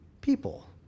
people